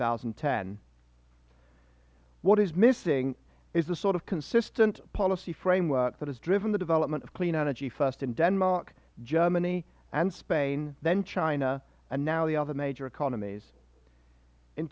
thousand and ten what is missing is the sort of consistent policy framework that has driven the development of clean energy first in denmark germany and spain then china and now the other major economies in